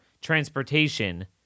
transportation